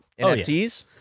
NFTs